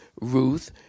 Ruth